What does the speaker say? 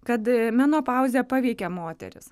kad menopauzė paveikia moteris